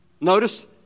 Notice